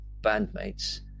bandmates